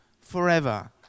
forever